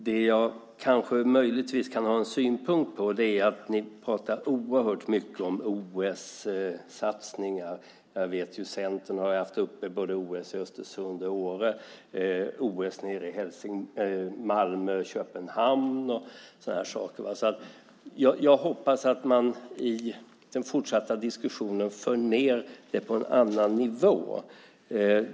Vad jag möjligtvis kan ha en synpunkt på är att ni pratar oerhört mycket om OS-satsningar. Jag vet att Centern har haft uppe frågan om OS i Östersund och Åre. Vidare gäller det OS i Malmö och Köpenhamn och sådant. Jag hoppas att man i den fortsatta diskussionen för ned det hela till en annan nivå.